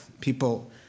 people